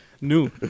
New